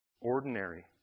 Ordinary